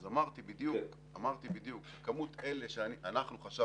אז אמרתי בדיוק, אנחנו חשבנו